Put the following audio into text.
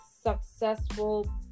successful